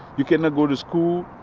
you cannot go to school.